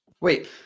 Wait